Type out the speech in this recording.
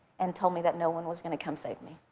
and told me that no one was gonna come save me.